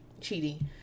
cheating